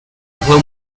fue